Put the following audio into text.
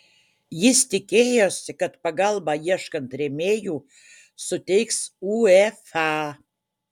jis tikėjosi kad pagalbą ieškant rėmėjų suteiks uefa